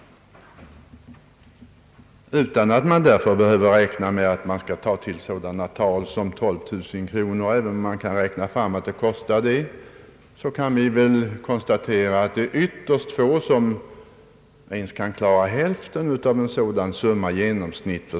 även om man kan räkna fram att ett barns uppfostran kostar 12 000 kronor om året, kan vi väl konstatera att ytterst få klarar ens hälften av en sådan utgift.